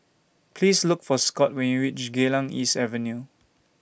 Please Look For Scott when YOU REACH Geylang East Avenue